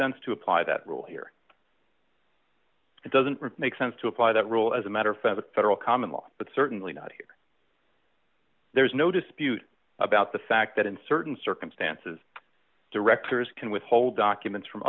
sense to apply that rule here it doesn't make sense to apply that rule as a matter for the federal common law but certainly not here there is no dispute about the fact that in certain circumstances directors can withhold documents from